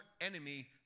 enemy